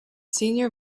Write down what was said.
senior